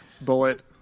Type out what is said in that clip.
Bullet